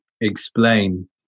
explain